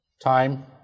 time